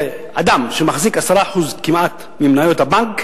לאדם שמחזיק 10% כמעט ממניות הבנק,